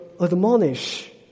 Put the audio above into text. admonish